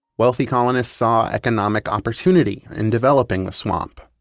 wealthy colonists saw economic opportunity in developing the swamp.